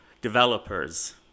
developers